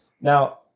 Now